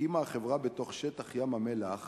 הקימה החברה בתוך שטח ים-המלח